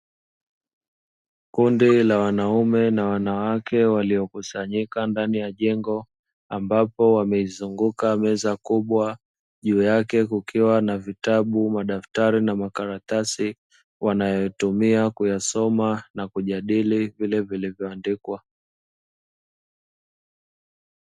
Kundi la wanaume na wanawake waliokusanyika ndani ya jengo, ambapo wameizunguka meza kubwa, juu yake kukiwa na vitabu madaftari na makaratasi wanayotumia kuyasoma na kujadili vile vilivyoandikwa.